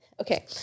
Okay